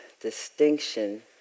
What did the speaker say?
distinction